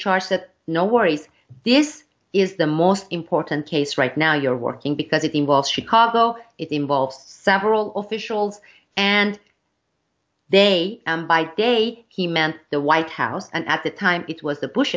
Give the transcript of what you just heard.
charge that no worries this is the most important case right now you're working because it involves chicago it involves several officials and they date he meant the white house and at the time it was the bush